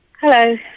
hello